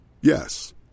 Yes